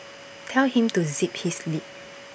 tell him to zip his lip